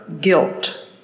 guilt